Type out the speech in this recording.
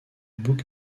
book